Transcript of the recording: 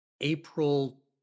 April